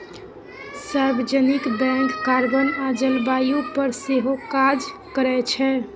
सार्वजनिक bank carbon आ जलबायु पर सेहो काज करै छै